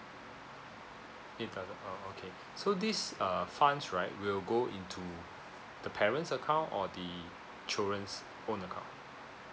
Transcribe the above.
eight thousand oh okay so this uh funds right will go into the parents' account or the children's own account